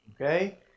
Okay